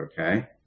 okay